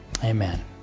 Amen